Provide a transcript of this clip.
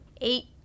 eight